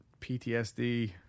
ptsd